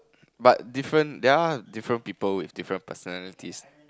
but different there're different people with different personalities